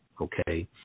okay